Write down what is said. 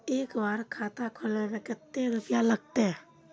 एक बार खाता खोले में कते रुपया लगते?